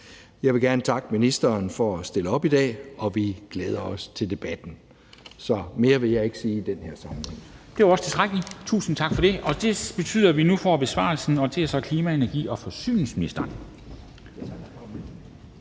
Jeg vil gerne takke ministeren for at stille op i dag, og vi glæder os til debatten. Mere vil jeg ikke sige i den her sammenhæng. Kl. 11:14 Formanden (Henrik Dam Kristensen): Det var også tilstrækkeligt. Tusind tak for det. Det betyder, at vi nu får besvarelsen fra klima-, energi- og forsyningsministeren.